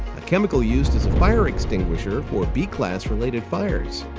a chemical used as a fire extinguisher for b-class related fires.